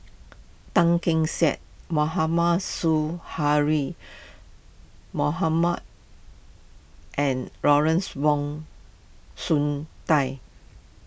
Tan Keong Saik Mohamad Su hurry Mohamad and Lawrence Wong Shyun Dai